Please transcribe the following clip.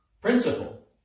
principle